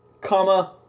comma